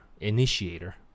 Initiator